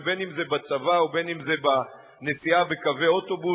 אם בצבא או בנסיעה בקווי אוטובוס,